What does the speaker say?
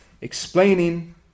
explaining